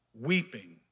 weeping